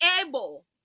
able